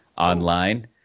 online